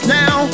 now